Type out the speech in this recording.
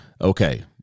Okay